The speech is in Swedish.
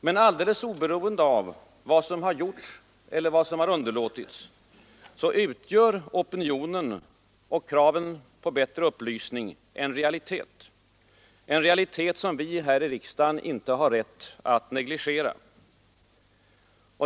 Men alldeles oberoende av vad som gjorts eller underlåtits utgör opinionen och kravet på bättre information en realitet, som vi här i riksdagen inte har rätt att negligera.